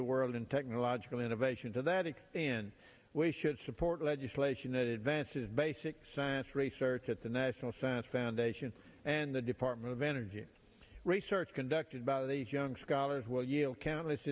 the world in technological innovation to that and in we should support legislation that advances basic science research at the national science foundation and the department of energy research conducted by these young scholars will yield countless